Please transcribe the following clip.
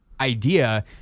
idea